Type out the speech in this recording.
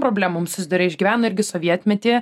problemom susiduria išgyveno irgi sovietmetį